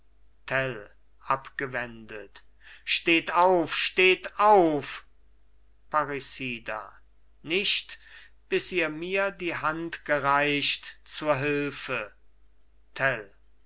abgewendet steht auf steht auf parricida nicht bis ihr mir die hand gereicht zur hülfe